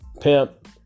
pimp